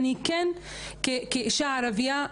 כאישה ערבייה,